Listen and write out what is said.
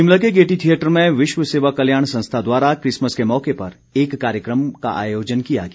शिमला के Gaiety theatre में विश्व सेवा कल्याण संस्था द्वारा क्रिसमस के मौके पर एक कार्यक्रम का आयोजन किया गया